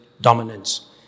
dominance